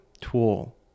tool